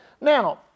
Now